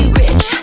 rich